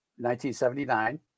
1979